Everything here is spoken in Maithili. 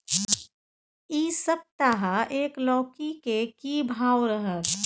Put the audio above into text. इ सप्ताह एक लौकी के की भाव रहत?